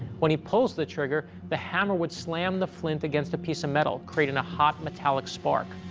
when he pulls the trigger, the hammer would slam the flint against a piece of metal, creating a hot, metallic spark.